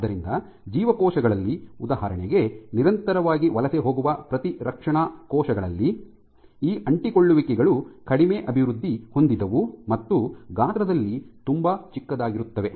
ಆದ್ದರಿಂದ ಜೀವಕೋಶಗಳಲ್ಲಿ ಉದಾಹರಣೆಗೆ ನಿರಂತರವಾಗಿ ವಲಸೆ ಹೋಗುವ ಪ್ರತಿರಕ್ಷಣಾ ಕೋಶಗಳಲ್ಲಿ ಈ ಅಂಟಿಕೊಳ್ಳುವಿಕೆಗಳು ಕಡಿಮೆ ಅಭಿವೃದ್ಧಿ ಹೊಂದಿದವು ಮತ್ತು ಗಾತ್ರದಲ್ಲಿ ತುಂಬಾ ಚಿಕ್ಕದಾಗಿರುತ್ತವೆ